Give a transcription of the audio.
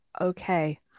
Okay